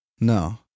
No